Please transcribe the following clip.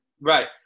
Right